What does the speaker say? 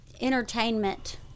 entertainment